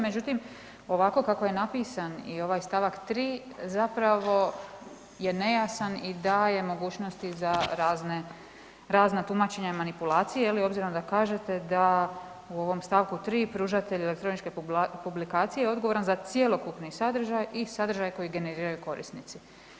Međutim, ovako kako je napisan i ovaj stavak tri zapravo je nejasan i daje mogućnosti za razna tumačenja i manipulacije, je li obzirom da kažete da u ovom stavku 3. Pružatelj elektroničke publikacije je odgovoran za cjelokupni sadržaj i sadržaj koji generiraju korisnici.